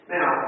Now